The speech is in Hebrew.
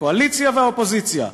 הקואליציה והאופוזיציה,